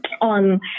on